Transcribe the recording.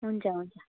हुन्छ हुन्छ